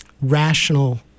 rational